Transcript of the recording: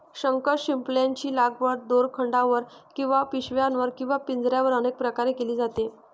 शंखशिंपल्यांची लागवड दोरखंडावर किंवा पिशव्यांवर किंवा पिंजऱ्यांवर अनेक प्रकारे केली जाते